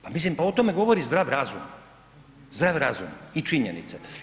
Pa mislim pa o tome govori zdrav razum, zdrav razum i činjenice.